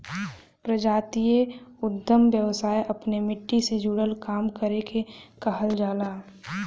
प्रजातीय उद्दम व्यवसाय अपने मट्टी से जुड़ल काम करे के कहल जाला